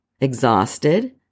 Exhausted